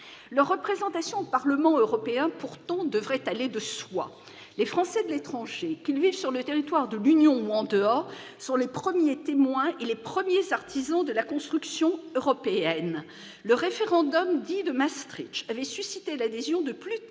Leur représentation au Parlement européen, pourtant, devrait aller de soi. Les Français de l'étranger, qu'ils vivent sur le territoire de l'Union européenne ou en dehors, sont les premiers témoins et les premiers artisans de la construction européenne. Le référendum dit de Maastricht avait suscité l'adhésion de plus 80